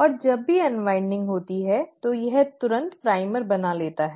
और जब भी अन्वाइन्डिंग होती है तो यह तुरंत प्राइमर बना लेता है